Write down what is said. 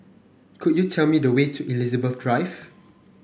could you tell me the way to Elizabeth Drive